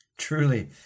Truly